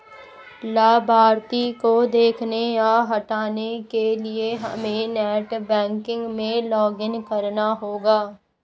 लाभार्थी को देखने या हटाने के लिए हमे नेट बैंकिंग में लॉगिन करना होगा